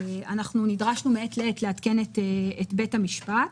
נדרשנו מעת לעת לעדכן את בית המשפט.